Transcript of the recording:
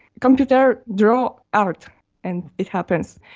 computer, draw art and it happens.